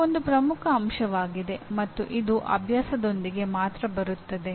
ಇದು ಒಂದು ಪ್ರಮುಖ ಅಂಶವಾಗಿದೆ ಮತ್ತು ಇದು ಅಭ್ಯಾಸದೊಂದಿಗೆ ಮಾತ್ರ ಬರುತ್ತದೆ